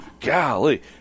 Golly